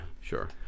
sure